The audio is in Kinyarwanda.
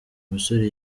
musore